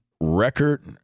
record